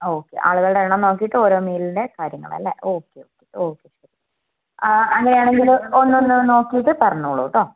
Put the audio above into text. ആ ഓക്കെ ആളുകളുടെ എണ്ണം നോക്കിയിട്ട് ഓരോ മീലിൻ്റെ കാര്യങ്ങൾ ആല്ലേ ഓക്കെ ഓക്കെ ആ അങ്ങനെ ആണെങ്കിൽ ഒന്ന് ഒന്ന് നോക്കിയിട്ട് പറഞ്ഞോളൂ കേട്ടോ